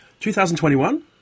2021